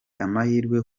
amahirwe